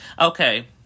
Okay